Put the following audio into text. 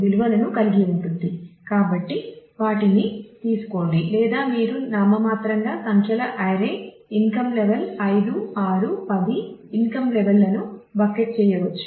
bitmap indexing 5 6 10 income level లను bucket చేయవచ్చు